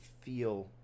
feel